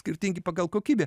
skirtingi pagal kokybę